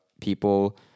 people